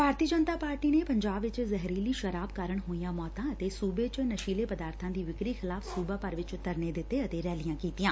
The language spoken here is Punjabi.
ਭਾਰਤੀ ਜਨਤਾ ਪਾਰਟੀ ਨੇ ਪੰਜਾਬ ਚ ਜ਼ਹਿਰੀਲੀ ਸ਼ਰਾਬ ਕਾਰਨ ਹੋਈਆਂ ਮੌਤਾਂ ਅਤੇ ਸੂਬੇ ਚ ਨਸ਼ੀਲੇ ਪਦਾਰਬਾਂ ਦੀ ਵਿਕਰੀ ਖਿਲਾਫ਼ ਸੁਬਾ ਭਰ ਚ ਧਰਨੇ ਦਿੱਤੇ ਅਤੇ ਰੈਲੀਆਂ ਕੀਤੀਆਂ